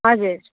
हजुर